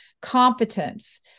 competence